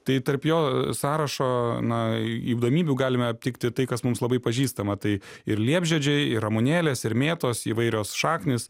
tai tarp jo sąrašo na įdomybių galime aptikti tai kas mums labai pažįstama tai ir liepžiedžiai ir ramunėlės ir mėtos įvairios šaknys